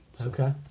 Okay